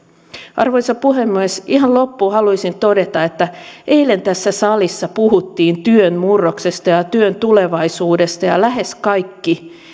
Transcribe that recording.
arvoisa puhemies ihan loppuun haluaisin todeta että eilen tässä salissa puhuttiin työn murroksesta ja työn tulevaisuudesta ja lähes kaikki